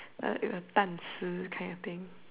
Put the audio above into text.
the 蛋丝 kind of thing